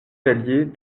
palier